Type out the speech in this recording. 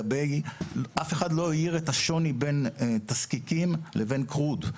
אף אחד לא העיר על השוני בין תזקיקים לבין קרוט.